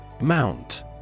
Mount